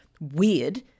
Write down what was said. weird